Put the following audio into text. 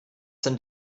sind